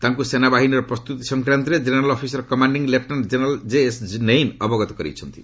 ତାଙ୍କୁ ସେନାବହିନୀର ପ୍ରସ୍ତୁତି ସଂକ୍ରାନ୍ତରେ general officer commanding lieutenant general J S Nain ଅବଗତ କରାଇଛନ୍ତି